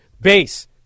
base